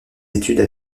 études